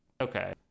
okay